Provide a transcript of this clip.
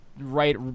right